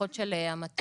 משפחות של המתה,